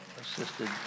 assisted